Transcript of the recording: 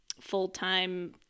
full-time